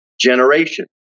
generation